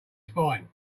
spine